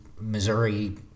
Missouri